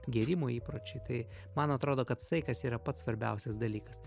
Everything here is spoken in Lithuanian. gėrimo įpročiai tai man atrodo kad saikas yra pats svarbiausias dalykas